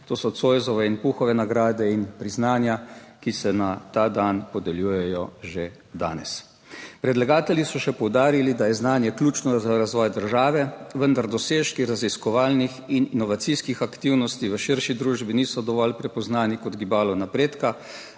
to so Zoisove in Puhove nagrade in priznanja, ki se na ta dan podeljujejo že danes. Predlagatelji so še poudarili, da je znanje ključno za razvoj države, vendar dosežki raziskovalnih in inovacijskih aktivnosti v širši družbi niso dovolj prepoznani kot gibalo napredka.